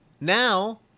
Now